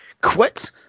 quit